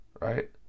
Right